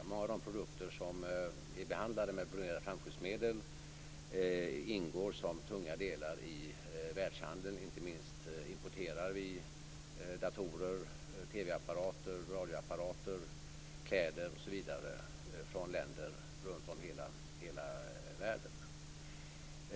Några av de produkter som vi behandlar med bromerade flamskyddsmedel ingår som tunga delar i världshandeln. Inte minst importerar vi datorer, TV apparater, radioapparater, kläder osv. från länder runtom hela världen.